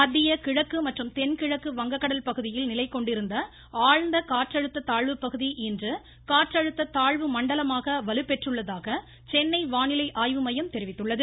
வானிலை மத்திய கிழக்கு மற்றும் தென்கிழக்கு வங்ககடல் பகுதியில் நிலை கொண்டிருந்த ஆழ்ந்த காற்றழுத்த தாழ்வு பகுதி இன்று காற்றழுத்த தாழ்வு மண்டலமாக வலுப்பெற்றுள்ளதாக சென்னை வானிலை ஆய்வு மையம் தெரிவித்துள்ளது